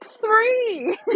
three